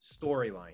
storyline